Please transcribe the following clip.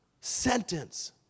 sentence